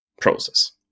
process